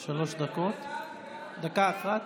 בבקשה, דקה אחת.